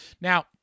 Now